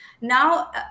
Now